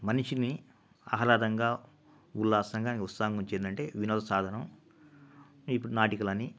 మనిషిని ఆహ్లాదంగా ఉల్లాసంగా ఉత్సాహహం ఇచ్చేదేంటంటే వినోద సాధనం ఇప్పుడు నాటకాలని